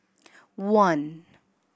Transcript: one